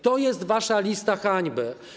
To jest wasza lista hańby.